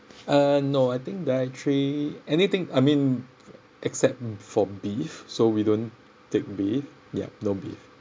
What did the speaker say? uh no I think dietary anything I mean except for beef so we don't take beef ya no beef